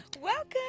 Welcome